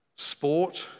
Sport